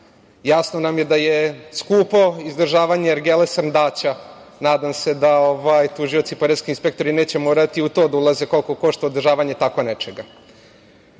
nam je da je skupo izdržavanje ergele srndaća. Nadam se da tužioci i poreski inspektori neće morati u to da ulaze koliko košta održavanje tako nečega. Što